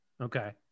Okay